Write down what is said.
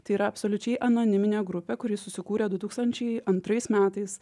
tai yra absoliučiai anoniminė grupė kuri susikūrė du tūkstančiai antrais metais